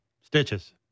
stitches